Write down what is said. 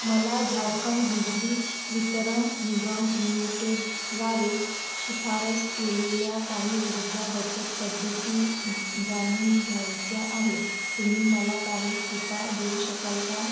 मला झारखंड बिजली वितरण निगम लिमिटेड द्वारे शिफारस केलेल्या काही ऊर्जा बचत पद्धती ज जाणून घ्यायच्या आहेत तुम्ही मला काही टिपा देऊ शकाल का